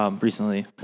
Recently